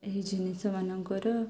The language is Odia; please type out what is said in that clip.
ଏହି ଜିନିଷ ମାନଙ୍କର